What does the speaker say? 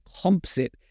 composite